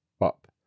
Up